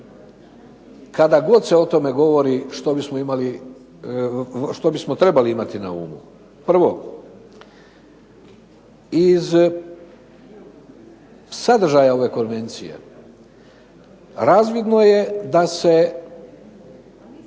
kada god se o tome govori što bismo trebali imati na umu. Prvo, iz sadržaja ove konvencije razvidno je da se